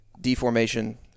deformation